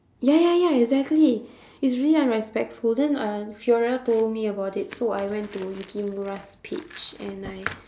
ya ya ya exactly it's really unrespectful then uh fiorel told me about it so I went to yukimura's page and I